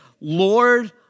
Lord